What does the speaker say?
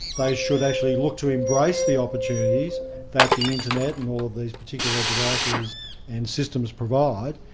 they should actually look to embrace the opportunities that the internet and all of these particular devices and systems provide,